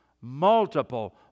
Multiple